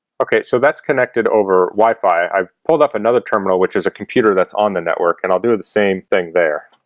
okay, so that's connected over wi-fi i've pulled up another terminal which is a computer that's on the network and i'll do the same thing there